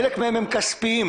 חלק מהם הם כספיים.